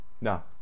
No